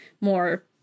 more